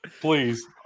Please